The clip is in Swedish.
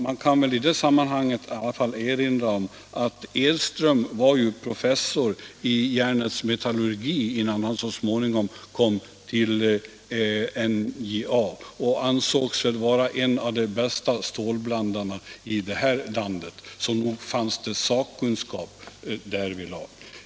Ja, i det sammanhanget kan man väl erinra om att Edström var professor i järnets metallurgi innan han så småningom kom till NJA, och han ansågs vara en av de bästa stålblandarna här i landet. Så nog fanns det sakkunskap.